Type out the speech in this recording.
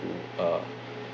uh